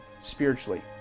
spiritually